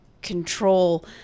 control